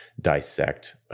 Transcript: dissect